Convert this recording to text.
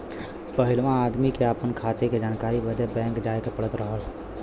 पहिलवा आदमी के आपन खाते क जानकारी बदे बैंक जाए क पड़त रहल